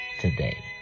today